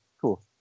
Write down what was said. Cool